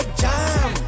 jam